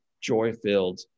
joy-filled